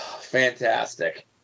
Fantastic